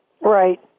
Right